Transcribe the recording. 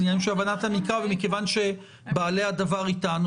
זה עניינים של הבנת הנקרא ומכיוון שבעלי הדבר איתנו